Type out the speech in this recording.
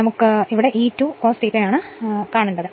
കാരണം E 2cosδ ആണ്കണ്ടെത്തേണ്ടത്